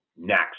next